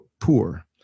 poor